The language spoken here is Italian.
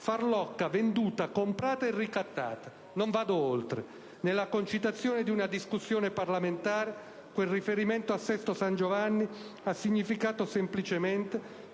farlocca, venduta, comprata o ricattata». E non vado oltre. Nella concitazione di una discussione parlamentare quel riferimento a Sesto San Giovanni ha significato semplicemente